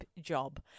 job